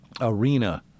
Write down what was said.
arena